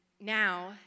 now